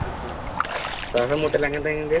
ആ ആ ശ്വാസം മുട്ടൽ അങ്ങനത്തെ എങ്ങനത്തെയും